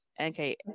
okay